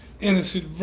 innocent